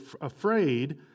afraid